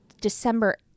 December